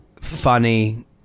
funny